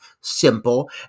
simple